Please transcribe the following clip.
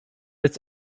its